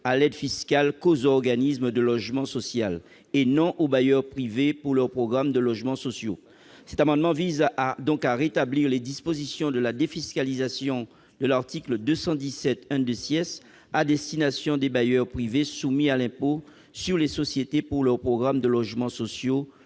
à l'aide fiscale qu'aux organismes de logement social et non aux bailleurs privés pour leurs programmes de logements sociaux. Cet amendement vise donc à rétablir les dispositions de défiscalisation de l'article 217 à destination des bailleurs privés soumis à l'impôt sur les sociétés pour leurs programmes de logements sociaux